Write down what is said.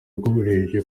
bw’umurenge